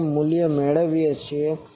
આપણે જે મૂલ્ય મેળવીએ છીએ